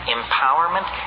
empowerment